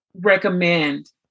recommend